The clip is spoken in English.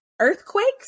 Earthquakes